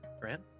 Grant